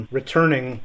returning